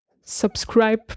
subscribe